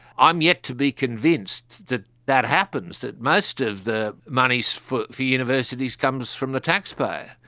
i'm yet to be convinced that that happens, that most of the money so for for universities comes from the taxpayer.